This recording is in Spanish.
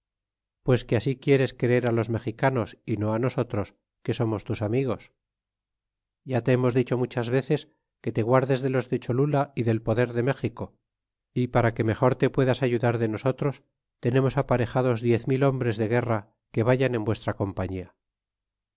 pues que así quieres creer los mexicanos y no nosotros que somos tus amigos ya te hemos dicho muchas veces que te guardes de los de cholula y del poder de méxico y para que mejor te puedas ayudar de nosotros tenemos aparejados diez mil hombres de guerra que vayan en vuestra compañía